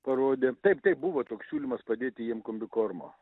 parodė taip taip buvo toks siūlymas padėti jiem kombikormo